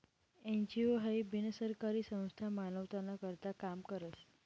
NGO हाई बिनसरकारी संस्था मानवताना करता काम करस